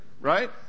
right